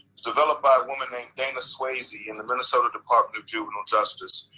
developed by a woman named dana swayze in the minnesota department of juvenile justice.